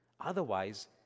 Otherwise